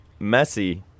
Messi